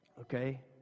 Okay